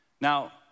Now